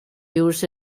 use